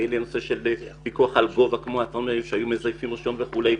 ולנושא פיקוח על גובה שמזייפים רישיונות וכולי.